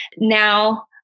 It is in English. Now